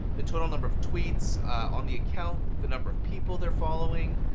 the total number of tweets on the account, the number of people they're following,